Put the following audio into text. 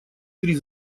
три